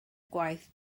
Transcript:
gwaith